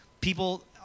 people